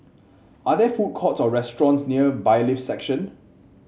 are there food courts or restaurants near Bailiffs' Section